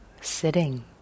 sitting